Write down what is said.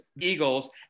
Eagles